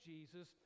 Jesus